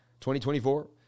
2024